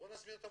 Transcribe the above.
אותם